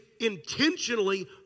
intentionally